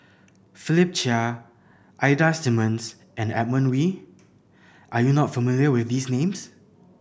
Philip Chia Ida Simmons and Edmund Wee are you not familiar with these names